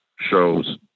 shows